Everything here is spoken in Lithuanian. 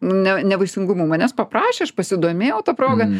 ne nevaisingumu manęs paprašė aš pasidomėjau ta proga